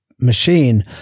machine